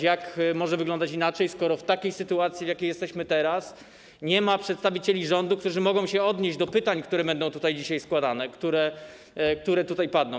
Jak może wyglądać inaczej, skoro w takiej sytuacji, w jakiej jesteśmy teraz, nie ma przedstawicieli rządu, którzy mogą się odnieść do pytań, które będą tutaj dzisiaj zadawane, które tutaj padną?